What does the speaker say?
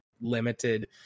limited